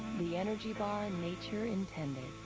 the energy bar nature intended.